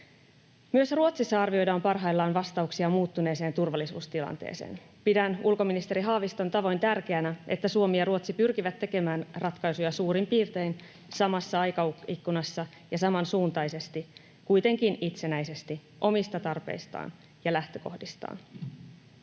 Myös Ruotsissa arvioidaan parhaillaan vastauksia muuttuneeseen turvallisuustilanteeseen. Pidän ulkoministeri Haaviston tavoin tärkeänä, että Suomi ja Ruotsi pyrkivät tekemään ratkaisuja suurin piirtein samassa aikaikkunassa ja samansuuntaisesti, kuitenkin itsenäisesti omista tarpeistaan ja lähtökohdistaan.